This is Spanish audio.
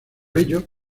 ello